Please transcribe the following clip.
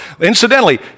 Incidentally